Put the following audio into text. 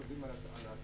צובאים על התחנות,